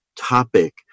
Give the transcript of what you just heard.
topic